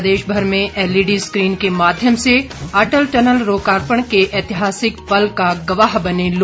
प्रदेश भर में LED screen के माध्यम से अटल टनल लोकार्पण के ऐतिहासिक पल का गवाह बने लोग